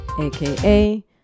aka